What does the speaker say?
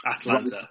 Atlanta